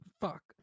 fuck